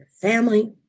family